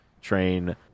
train